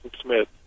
Smith